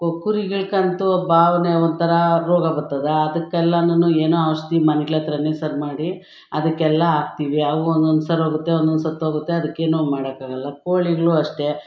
ಕೊ ಕುರಿಗಳ್ಗಂತು ಬಾವ್ನೆ ಒಂಥರ ರೋಗ ಬತ್ತದೆ ಅದಕ್ಕೆಲ್ಲನು ಏನೋ ಔಷಧಿ ಮನೆಗಳಹತ್ರ ಸರಿಮಾಡಿ ಅದಕ್ಕೆಲ್ಲ ಹಾಕ್ತಿವಿ ಆವಾಗ ಒನ್ನೊಂದು ಸರೋಗುತ್ತೆ ಒನ್ನೊಂದು ಸತ್ತೋಗುತ್ತೆ ಅದಕ್ಕೇನು ಮಾಡೋಕ್ಕಾಗಲ್ಲ ಕೋಳಿಗಳು ಅಷ್ಟೇ